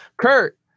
Kurt